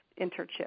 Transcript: internship